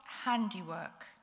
handiwork